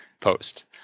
post